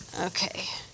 Okay